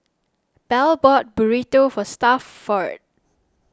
Bell bought Burrito for Stafford